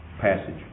passage